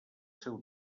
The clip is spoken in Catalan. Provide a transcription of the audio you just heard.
seu